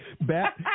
Bat